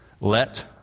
Let